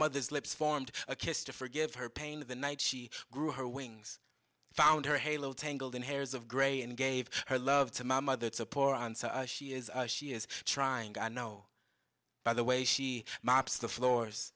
mother's lips formed a kiss to forgive her pain the night she grew her wings found her halo tangled in hairs of gray and gave her love to my mother to pour on so she is she is trying i know by the way she mobster floors